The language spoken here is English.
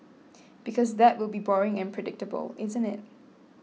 because that will be boring and predictable isn't it